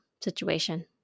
situation